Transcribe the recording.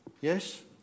Yes